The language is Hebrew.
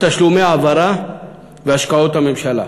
תשלומי העברה והשקעות הממשלה.